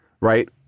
right